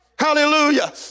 Hallelujah